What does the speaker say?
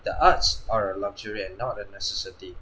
the arts are a luxury and not a necessity